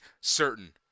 certain